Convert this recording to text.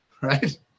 Right